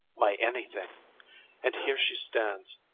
my anything and here she stands,